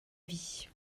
vie